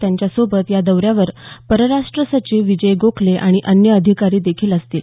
त्यांच्या सोबत या दौऱ्यावर परराष्ट्र सचिव विजय गोखले आणि अन्य अधिकारी देखील असतील